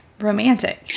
Romantic